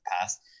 past